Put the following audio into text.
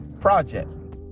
project